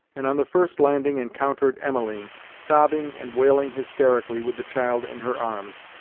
and on the first landing encountered emmeline, sobbing and wailing hysterically with the child in her arms.